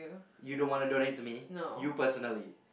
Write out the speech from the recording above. you don't wanna donate to me you personally